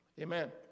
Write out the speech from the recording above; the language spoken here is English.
Amen